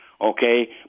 okay